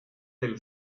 del